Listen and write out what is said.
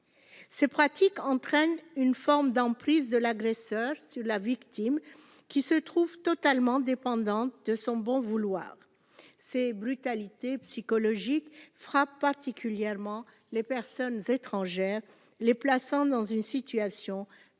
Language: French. ces pratiques entraîne une forme d'emprise de l'agresseur sur la victime qui se trouve totalement dépendante de son bon vouloir ces brutalités psychologique frappe particulièrement les personnes étrangères, les plaçant dans une situation de